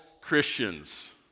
Christians